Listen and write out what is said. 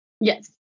Yes